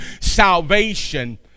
salvation